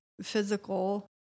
physical